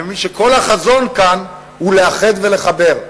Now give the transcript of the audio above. אני מבין שכל החזון כאן הוא לאחד ולחבר,